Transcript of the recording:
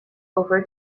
over